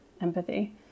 empathy